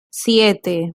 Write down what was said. siete